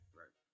right